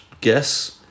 guess